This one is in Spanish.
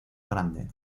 grande